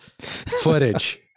footage